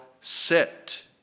sit